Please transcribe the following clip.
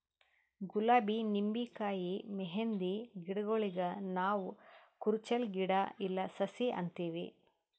ಗುಲಾಬಿ ನಿಂಬಿಕಾಯಿ ಮೆಹಂದಿ ಗಿಡಗೂಳಿಗ್ ನಾವ್ ಕುರುಚಲ್ ಗಿಡಾ ಇಲ್ಲಾ ಸಸಿ ಅಂತೀವಿ